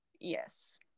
Yes